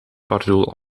pardoel